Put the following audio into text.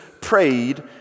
prayed